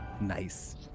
nice